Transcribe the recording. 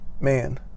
Man